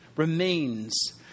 Remains